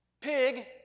pig